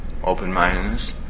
open-mindedness